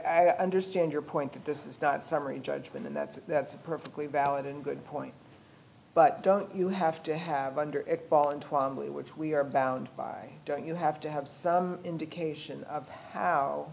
understand your point that this is that summary judgment and that's that's a perfectly valid and good point but don't you have to have under which we are bound by don't you have to have some indication of how